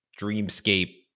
dreamscape